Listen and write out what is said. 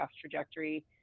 trajectory